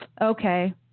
okay